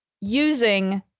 using